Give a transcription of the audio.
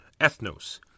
Ethnos